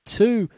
two